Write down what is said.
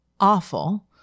awful